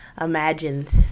imagined